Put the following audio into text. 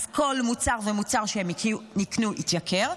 אז כל מוצר ומוצר שהם יקנו יתייקר,